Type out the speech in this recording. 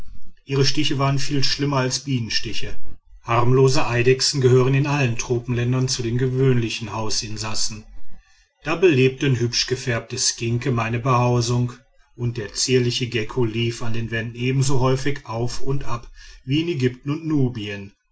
ihre stiche waren viel schlimmer als bienenstiche harmlose eidechsen gehören in allen tropenländern zu den gewöhnlichen hausinsassen da belebten hübsch gefärbte skinke meine behausung und der zierliche gecko lief an den wänden ebenso häufig auf und ab wie in ägypten und nubien